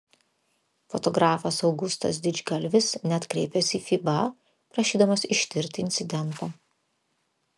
fotografas augustas didžgalvis net kreipėsi į fiba prašydamas ištirti incidentą